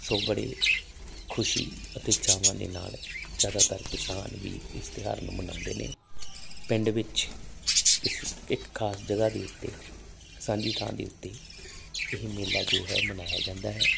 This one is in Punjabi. ਸੋ ਬੜੀ ਖੁਸ਼ੀ ਅਤੇ ਚਾਵਾਂ ਦੇ ਨਾਲ ਜਿਆਦਾਤਰ ਕਿਸਾਨ ਵੀਰ ਇਸ ਤਿਹਾਰ ਨੂੰ ਮਨਾਉਂਦੇ ਨੇ ਪਿੰਡ ਵਿੱਚ ਕਿਸੇ ਇੱਕ ਖਾਸ ਜਗ੍ਹਾ ਦੇ ਉੱਤੇ ਸਾਂਝੀ ਥਾਂ ਦੇ ਉੱਤੇ ਇਹ ਮੇਲਾ ਜੋ ਹੈ ਮਨਾਇਆ ਜਾਂਦਾ ਹੈ